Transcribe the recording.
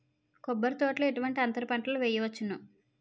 కొబ్బరి తోటలో ఎటువంటి అంతర పంటలు వేయవచ్చును?